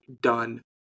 done